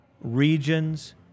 regions